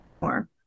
more